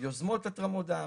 יוזמות התרמות דם